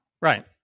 Right